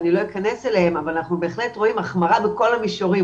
אני לא אכנס אליהן אבל אנחנו בהחלט רואים החמרה בכל המישורים,